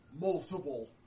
multiple